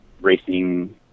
racing